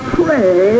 pray